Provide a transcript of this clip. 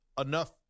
enough